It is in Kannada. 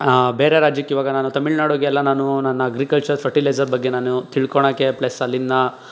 ಬೇರೆ ರಾಜ್ಯಕ್ಕೆ ಇವಾಗ ನಾನು ತಮಿಳ್ನಾಡಿಗೆಲ್ಲ ನಾನು ನನ್ನ ಅಗ್ರಿಕಲ್ಚರ್ ಫರ್ಟಿಲೈಝರ್ ಬಗ್ಗೆ ನಾನು ತಿಳ್ಕೊಳ್ಳೋಕೆ ಪ್ಲಸ್ ಅಲ್ಲಿನ್ನು